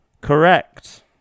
correct